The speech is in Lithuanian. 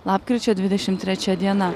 lapkričio dvidešim trečia diena